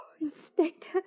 Inspector